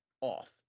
off